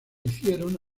hicieron